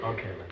Okay